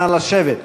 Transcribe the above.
נא לשבת.